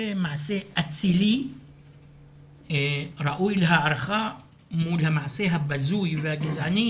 זה מעשה אצילי ראוי להערכה מול המעשה הבזוי והגזעני